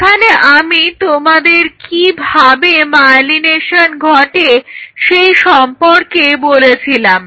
এখানে আমি তোমাদের কি ভাবে মায়েলিনেশন ঘটে সেই সম্পর্কে বলেছিলাম